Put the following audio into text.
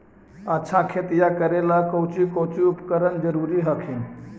अच्छा खेतिया करे ला कौची कौची उपकरण जरूरी हखिन?